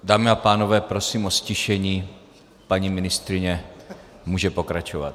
Dámy a pánové, prosím o ztišení, ať paní ministryně může pokračovat.